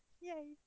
Yay